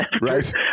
Right